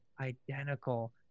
identical